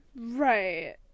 Right